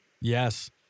yes